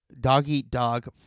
Dog-eat-dog